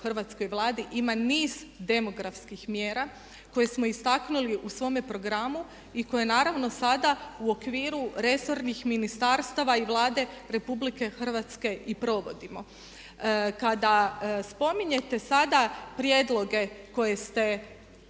hrvatskoj Vladi ima niz demografskih mjera koje smo istaknuli u svome programu i koje naravno sada u okviru resornih ministarstava i Vlade RH i provodimo. Kada spominjete sada prijedloge koje ste ovdje